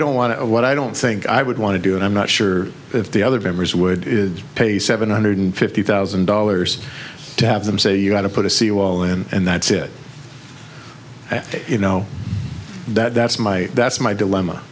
don't want to what i don't think i would want to do and i'm not sure if the other members would pay seven hundred fifty thousand dollars to have them say you got to put a seawall in and that's it you know that that's my that's my dilemma